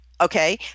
Okay